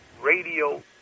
radio